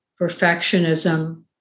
perfectionism